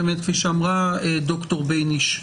כפי שאמרה ד"ר ביניש,